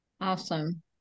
Awesome